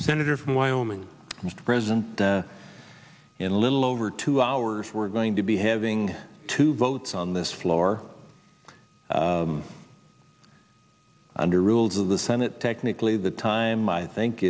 senator from wyoming mr president in a little over two hours we're going to be having two votes on this floor under rules of the senate technically the time i think